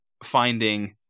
finding